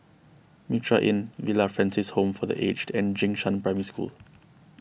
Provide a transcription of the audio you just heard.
Mitraa Inn Villa Francis Home for the Aged and Jing Shan Primary School